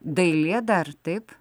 dailė dar taip